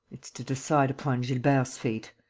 it's to decide upon gilbert's fate.